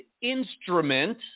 instrument